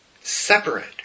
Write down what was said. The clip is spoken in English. Separate